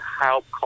help